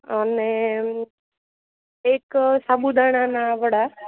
અને એક સાબુદાણાના વડા